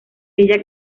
ella